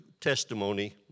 testimony